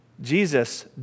Jesus